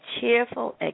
cheerful